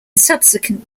subsequent